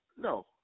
No